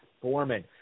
Foreman